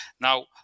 Now